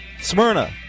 Smyrna